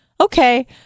okay